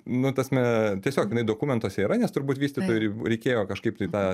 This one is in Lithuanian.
nu tasme tiesiog jinai dokumentuose yra nes turbūt vystytojui reikėjo kažkaip tai tą